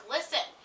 Listen